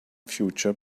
future